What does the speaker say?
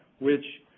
which